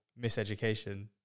miseducation